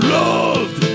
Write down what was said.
loved